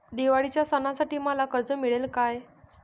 दिवाळीच्या सणासाठी मला कर्ज मिळेल काय?